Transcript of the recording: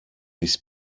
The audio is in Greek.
τις